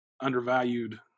undervalued